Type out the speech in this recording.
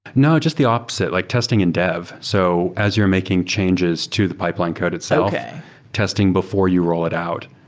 no. just the opposite, like testing in dev. so as you're making changes to the pipeline code itself, testing before you roll it out.